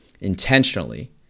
intentionally